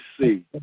see